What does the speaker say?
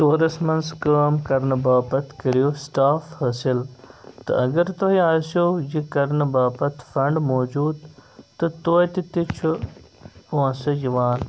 سٹورَس منٛز کٲم کرنہٕ باپتھ کٔرِو سٹاف حٲصِل تہٕ اگر تۄہہِ آسٮ۪و یہِ کرنہٕ باپتھ فنڈ موٗجوٗد تہِ توتہِ تہِ چھِ پونٛسہٕ یِوان